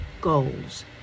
goals